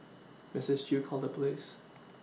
Misses Chew called the police